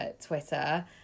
Twitter